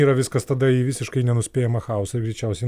yra viskas tada į visiškai nenuspėjamą chaosą greičiausiai